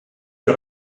für